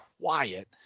quiet